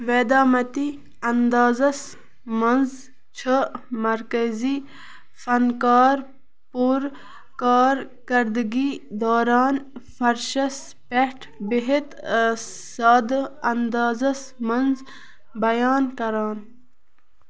ویدامَتی انٛدازَس منٛز چھُ مرکٔزی فنکار پوٗرٕ کارکَردٕگی دوران فَرشَس پٮ۪ٹھ بِہت سادٕ انٛدازَس منٛز بیان کران